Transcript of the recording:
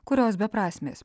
kurios beprasmės